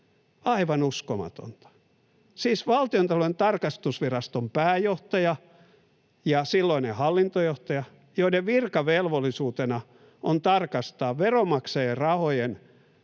Aivan uskomatonta — siis Valtiontalouden tarkastusviraston pääjohtaja ja silloinen hallintojohtaja, joiden virkavelvollisuutena on tarkastaa veronmaksajien rahojen